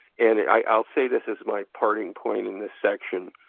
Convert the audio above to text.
and i'll say this as my parting point in this section.